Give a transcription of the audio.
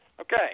Okay